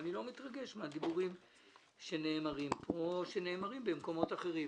אני לא מתרגש מן הדברים שנאמרים פה ובמקומות אחרים.